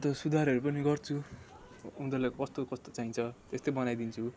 त्यो सुधारहरू पनि गर्छु उनीहरूलाई कस्तो कस्तो चाहिन्छ त्यस्तै बनाइदिन्छु